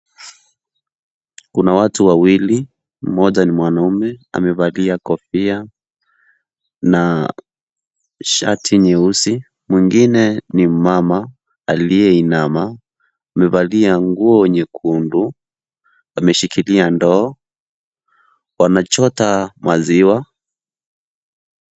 Kuna watu wawili. Mmoja ni mwanaume, amevalia kofia na shati nyeusi. Mwengine ni mama aliyeinama na amevalia nguo nyekundu. Wameshikilia ndoo, wamechota maziwa.